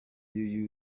you